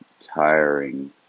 tiring